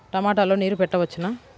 టమాట లో నీరు పెట్టవచ్చునా?